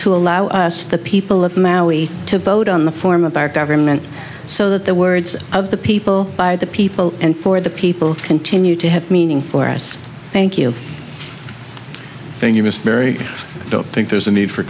to allow us the people of maui to vote on the form of our government so that the words of the people by the people and for the people continue to have meaning for us thank you thank you mr berry i don't think there's a need for